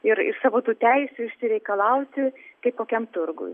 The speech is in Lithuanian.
ir ir savo tų teisių išsireikalauti kaip kokiam turguj